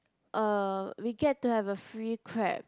uh we get to have a free crab